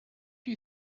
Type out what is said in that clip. you